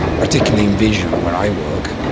particularly in vision where i work.